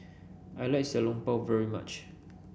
I like Xiao Long Bao very much